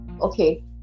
Okay